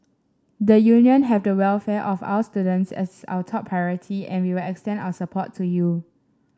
the Union have the welfare of our students as our top priority and will extend our support to you